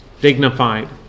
dignified